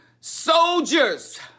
Soldiers